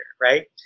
Right